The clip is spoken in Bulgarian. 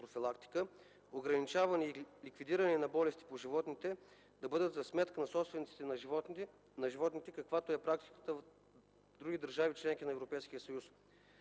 профилактика, ограничаване и ликвидиране на болести по животните, да бъдат за сметка на собствениците на животните, каквато е практиката в други държави – членки на Европейския съюз.